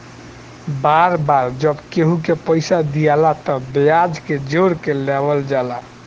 बार बार जब केहू के पइसा दियाला तब ब्याज के जोड़ के लेवल जाला